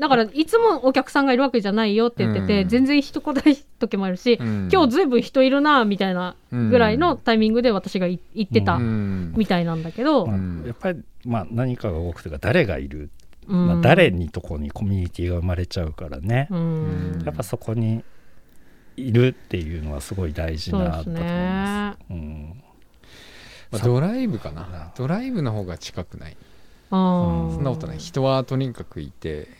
だからいつもお客さんがいるわけじゃないよって言ってて、うん。全然人来ない時もあるし、うん。今日ずいぶん人いるなあみたいなぐらいのタイミングで私がい-うん。行ってたみたいなんだけど。うん。まあ、やっぱり、まあ、何かが多くていうか、誰がいる。まあ、うん。誰にとこにコミュニティが生まれちゃうからね。うん。やっぱそこにいるっていうのはすごい大事なんだと思います。そうですね。うん。まあ、さ、ドライブかな。そうだな。ドライブの方が近くない。あー。そんなことない。人はとにかくいて。